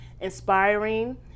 inspiring